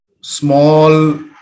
small